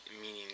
meaning